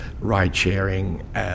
ride-sharing